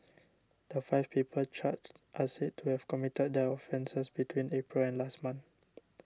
the five people charged are said to have committed their offences between April and last month